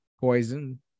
Poison